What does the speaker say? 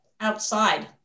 outside